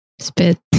Spit